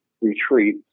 retreat